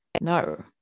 no